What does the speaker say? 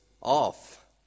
off